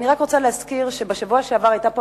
אני רק רוצה להזכיר שבשבוע שעבר היתה פה